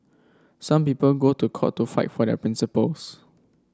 some people go to court to fight for their principles